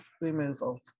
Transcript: removal